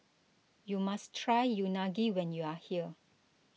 you must try Unagi when you are here